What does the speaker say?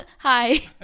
hi